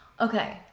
Okay